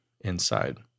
inside